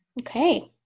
okay